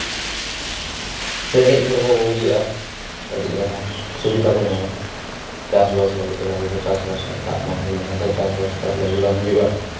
ᱨᱮᱸᱜᱮᱡ ᱦᱚᱲ ᱠᱚ ᱤᱭᱟᱹᱜᱼᱟ ᱠᱟᱹᱴᱤᱡ ᱨᱮᱦᱚᱸ ᱥᱩᱵᱤᱫᱟ ᱠᱚ ᱧᱟᱢᱟ ᱪᱟᱥᱼᱵᱟᱥ ᱞᱟᱹᱜᱤᱫᱛᱮ ᱵᱷᱟᱹᱜᱤ ᱠᱚ ᱪᱟᱥᱼᱵᱟᱥᱟ ᱫᱟᱜ ᱵᱟᱝ ᱦᱩᱭ ᱞᱮᱱᱠᱷᱟᱱ ᱫᱚ ᱪᱟᱥᱵᱟᱥ ᱛᱚ ᱟᱨ ᱵᱷᱟᱹᱜᱤ ᱫᱚ ᱟᱝ ᱦᱩᱭᱩᱜᱼᱟ